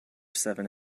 seven